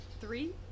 Three